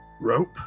rope